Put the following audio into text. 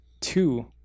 two